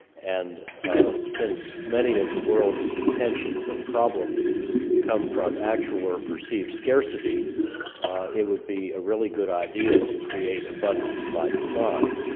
and since many of the world's tensions and problems come from actual or perceived scarcity it would be a really good idea to create abundance by design.